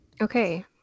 Okay